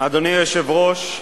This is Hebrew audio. אדוני היושב-ראש,